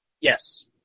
Yes